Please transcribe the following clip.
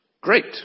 Great